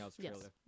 yes